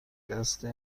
دسته